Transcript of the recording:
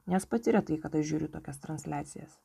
nes pati retai kada žiūriu tokias transliacijas